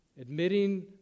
admitting